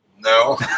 No